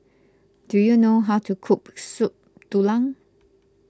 do you know how to cook Soup Tulang